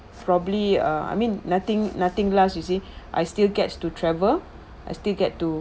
probably uh I mean nothing nothing lost you see I still get to travel I still get to